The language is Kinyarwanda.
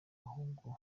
ahubwo